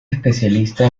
especialista